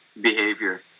behavior